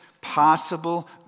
possible